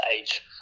age